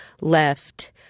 left